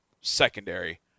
secondary